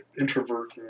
introvert